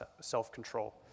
self-control